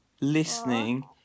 listening